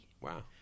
Wow